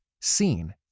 seen